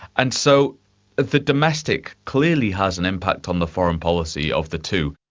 and so the domestic clearly has an impact on the foreign policy of the two.